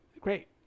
great